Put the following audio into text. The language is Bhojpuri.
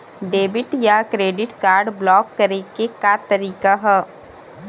डेबिट या क्रेडिट कार्ड ब्लाक करे के का तरीका ह?